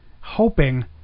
hoping